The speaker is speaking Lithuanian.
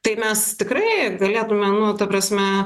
tai mes tikrai galėtumėm nu ta prasme